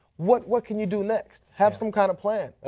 what what can you do next? have some kind of plan.